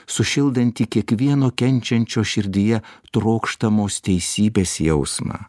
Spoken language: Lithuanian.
sušildanti kiekvieno kenčiančio širdyje trokštamos teisybės jausmą